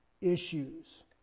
issues